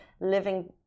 living